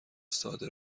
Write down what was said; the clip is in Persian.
ساده